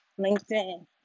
LinkedIn